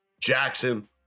Jackson